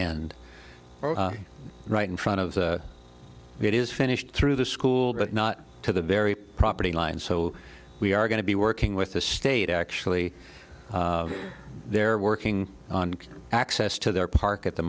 end right in front of it is finished through the school but not to the very property line so we are going to be working with the state actually they're working on access to their park at the